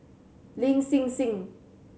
Lin Hsin Hsin